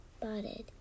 spotted